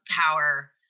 power